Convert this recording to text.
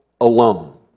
alone